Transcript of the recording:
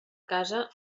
casa